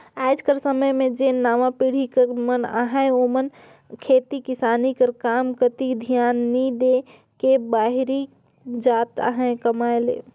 आएज कर समे में जेन नावा पीढ़ी कर मन अहें ओमन खेती किसानी कर काम कती धियान नी दे के बाहिरे जात अहें कमाए ले